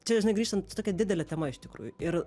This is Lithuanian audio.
čia žinai grįžtant čia tokia didele tema iš tikrųjų ir